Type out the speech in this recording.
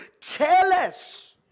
careless